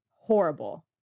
horrible